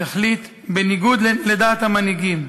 להחליט בניגוד לדעת המנהיגים.